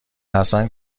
حسن